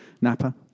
Napa